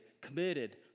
committed